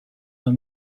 are